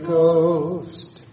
Ghost